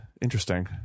Interesting